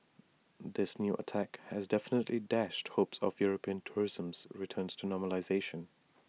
this new attack has definitely dashed hopes of european tourism's returns to normalisation